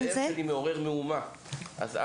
כלומר, לפני תשלומי העברה ומיסים.